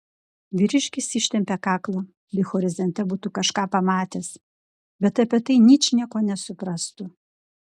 vyriškis ištempė kaklą lyg horizonte būtų kažką pamatęs bet apie tai ničnieko nesuprastų